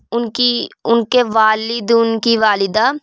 ان کی ان کے والد ان کی والدہ